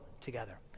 together